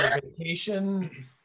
vacation